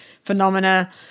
phenomena